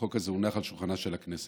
החוק הזה הונח על שולחנה של הכנסת.